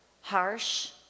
harsh